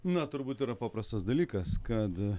na turbūt yra paprastas dalykas kad